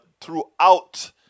throughout